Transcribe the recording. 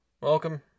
Welcome